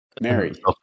Mary